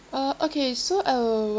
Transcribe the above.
uh okay so I will